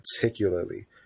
particularly